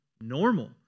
normal